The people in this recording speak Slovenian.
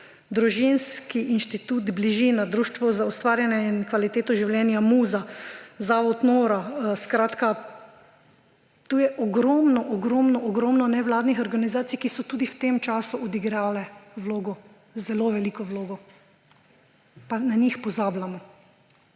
Družinski inštitut Bližina; Društvo za ustvarjanje in kvaliteto življenja Muza; Zavod Nora … Skratka, tu je ogromno ogromno ogromno nevladnih organizacij, ki so tudi v tem času odigrale vlogo, zelo veliko vlogo, pa na njih pozabljamo,